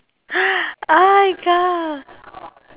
oh my god